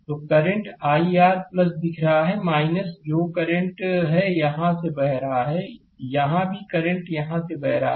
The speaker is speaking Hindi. तो करंट i r दिखा रहा है जो कि करंट है यहां से बह रहा है यहां भी करंट यहां से बह रहा है